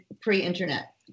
pre-internet